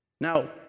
Now